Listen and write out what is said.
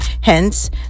Hence